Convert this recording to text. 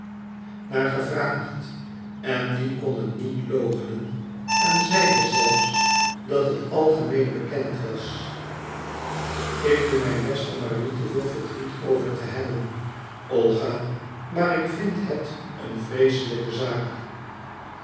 naar gevraagd en die kon het niet loochenen en zeide zelfs dat het algemeen bekend was ik doe mijn best er maar niet te veel verdriet over te hebben olga maar ik vind het een vreeslijke zaak